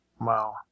Wow